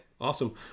Awesome